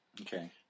Okay